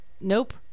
Nope